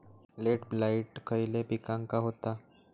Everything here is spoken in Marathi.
लेट ब्लाइट खयले पिकांका होता?